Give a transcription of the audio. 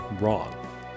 wrong